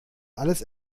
alles